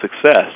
success